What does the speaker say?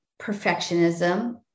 perfectionism